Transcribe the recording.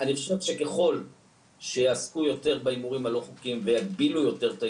אני חושב שככל שיעסקו יותר בהימורים החוקיים ויגבילו יותר את